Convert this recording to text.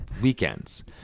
weekends